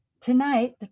tonight